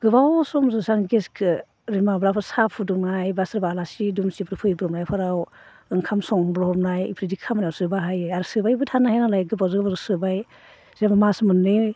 गोबाव समजोसो आं गेसखो ओरैनो माब्लाबा साहा फुदुंनाय बा सोरबा आलासि दुमसिफोर फैब्रबनायफोराव ओंखाम संब्रबनाय इफोरबायदि खामानियावसो बाहायो आरो सोबायबो थानो हाया नालाय गोबावजो गोबावजो सोबाय जोङो मास मोननै